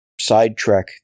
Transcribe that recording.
sidetrack